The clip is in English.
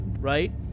right